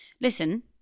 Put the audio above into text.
Listen